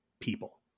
people